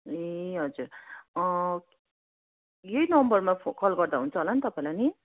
ए हजुर यही नम्बरमा कल गर्दा हुन्छ होला नि तपाईँलाई नि